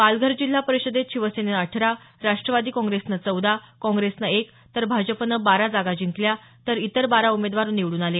पालघर जिल्हा परिषदेत शिवसेनेनं अठरा राष्ट्रवादी काँग्रेसनं चौदा काँग्रेसनं एक तर भाजपानं बारा जागा जिंकल्या तर इतर बारा उमेदवार निवडून आले